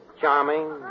charming